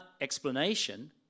explanation